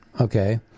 Okay